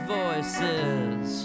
voices